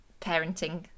parenting